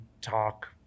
talk